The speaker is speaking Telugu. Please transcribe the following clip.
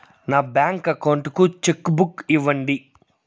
నా బ్యాంకు అకౌంట్ కు చెక్కు బుక్ ఇవ్వండి